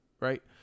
Right